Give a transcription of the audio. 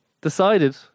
decided